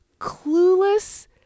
clueless